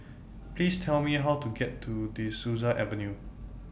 Please Tell Me How to get to De Souza Avenue